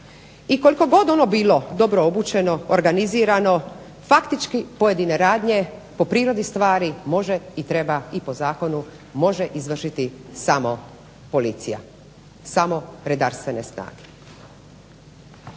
i koliko god ono bilo dobro obučeno, faktički pojedine radnje po prirodi stvari, treba i po zakonu može izvršiti samo policija, samo redarstvene snage.